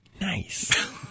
Nice